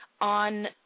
on